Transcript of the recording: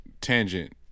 tangent